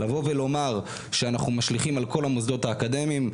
לבוא ולומר שאנחנו משליכים על כל המוסדות האקדמיים,